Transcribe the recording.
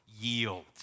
yield